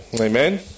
Amen